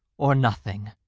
or nothing.